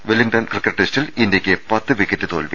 Wellington cricket ടെസ്റ്റിൽ ഇന്ത്യയ്ക്ക് പത്ത് വിക്കറ്റ് തോൽവി